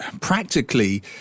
practically